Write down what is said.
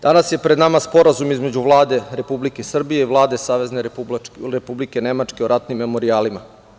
Danas je pred sporazum između Vlade Republike Srbije i Vlade Savezne Republike o ratnim memorijalima.